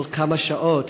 בתוך כמה שעות,